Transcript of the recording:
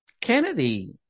Kennedy